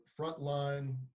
frontline